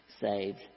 saved